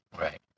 Right